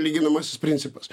lyginamasis principas